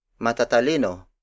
Matatalino